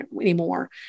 anymore